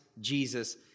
Jesus